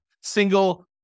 single